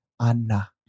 Anna